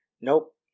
nope